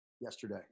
yesterday